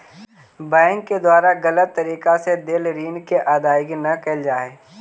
bank के द्वारा गलत तरीका से देल ऋण के अदायगी न कैल जा हइ